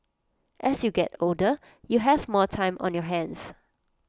as you get older you have more time on your hands